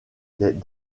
des